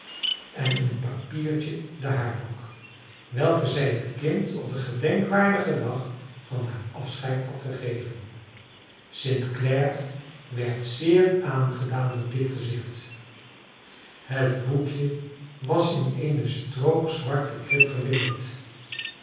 en in een papiertje de haarlok welke zij het kind op den gedenkwaardigen dag van haar afscheid had gegeven st clare werd zeer aangedaan door dit gezicht het boekje was in eene strook zwarte krip gewikkeld